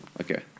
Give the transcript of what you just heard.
Okay